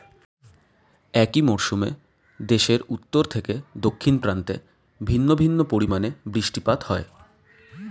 একই মরশুমে দেশের উত্তর থেকে দক্ষিণ প্রান্তে ভিন্ন ভিন্ন পরিমাণে বৃষ্টিপাত হয়